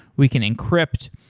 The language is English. we can encrypt.